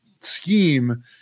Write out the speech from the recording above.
scheme